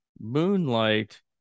Moonlight